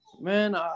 man